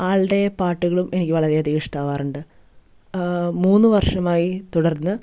ആളുടെ പാട്ടുകളും എനിക്ക് വളരെയധികമിഷ്ടമാകാറുണ്ട് മൂന്ന് വർഷമായി തുടർന്ന്